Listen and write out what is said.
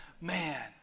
man